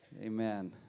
Amen